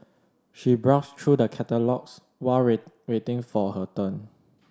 she browsed through the catalogues while waiting for her turn